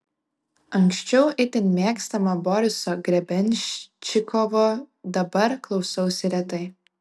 anksčiau itin mėgstamo boriso grebenščikovo dabar klausausi retai